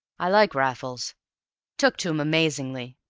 i liked raffles took to him amazingly.